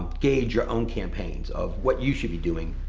gauge your own campaigns of what you should be doing.